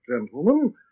gentlemen